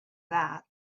that